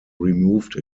removed